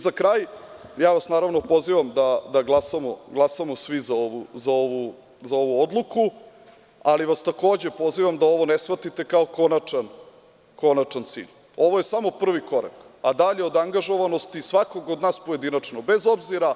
Za kraj, ja vas naravno pozivam da glasamo svi za ovu odluku, ali vas takođe pozivam da ovo ne shvatite kao konačan cilj. ovo je samo prvi korak, a dalje od angažovanosti svakog od nas pojedinačno, bez obzira